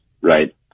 right